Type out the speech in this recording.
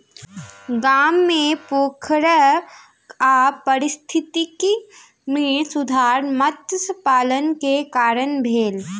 गाम मे पोखैर आ पारिस्थितिकी मे सुधार मत्स्य पालन के कारण भेल